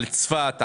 על צפת,